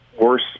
worse